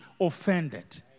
offended